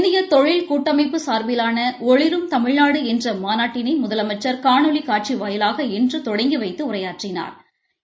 இந்திய தொழில் கூட்டமைப்பு சாா்பிலான ஒளிரும் தமிழ்நாடு என்ற மாநாட்டினை முதலமைச்சா் காணொலி காட்சி வாயிலாக இன்று தொடங்கி வைத்து உரையாற்றினாா்